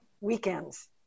weekends